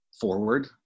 forward